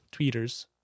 tweeters